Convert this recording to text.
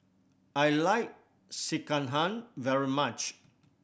I like Sekihan very much